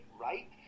right